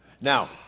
Now